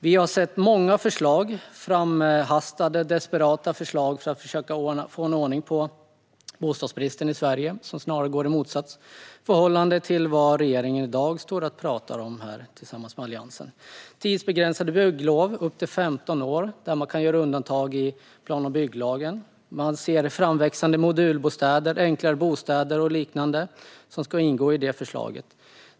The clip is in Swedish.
Vi har sett många förslag - framhastade och desperata - som syftat till att få ordning på bostadsbristen i Sverige. Den går snarare i motsatt riktning än vad regeringspartierna och Alliansen i dag talar om. Det handlar om tidsbegränsade bygglov upp till 15 år i vilka man kan göra undantag från kraven i plan och bygglagen. Vi ser framväxande modulbostäder, enklare bostäder och liknande som ska ingå i detta.